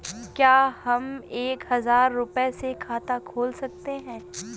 क्या हम एक हजार रुपये से खाता खोल सकते हैं?